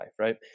right